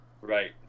right